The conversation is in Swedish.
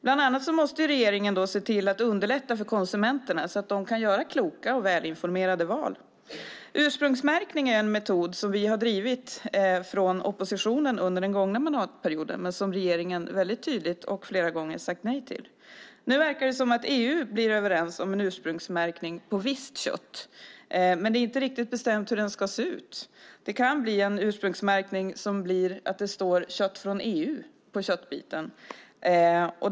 Bland annat måste regeringen se till att underlätta för konsumenterna så att de kan göra kloka och välinformerade val. Ursprungsmärkning är en metod vi har drivit från oppositionen under den gångna mandatperioden men som regeringen väldigt tydligt och flera gånger sagt nej till. Nu verkar det som att EU blir överens om en ursprungsmärkning på visst kött, men det är inte riktigt bestämt hur den ska se ut. Det kan bli en ursprungsmärkning där det står "Kött från EU" på köttbiten.